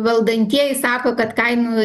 valdantieji sako kad kainų